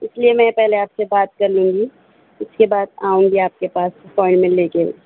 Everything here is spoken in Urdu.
اس لیے میں پہلے آپ سے بات کر لوں گی اس کے بعد آؤں گی آپ کے پاس آپوائنمنٹ لے کے